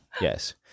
yes